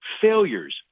failures